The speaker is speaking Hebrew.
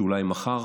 ואולי מחר,